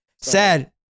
Sad